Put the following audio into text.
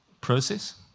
process